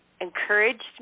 encouraged